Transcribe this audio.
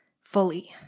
fully